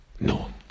No